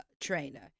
trainer